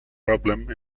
problem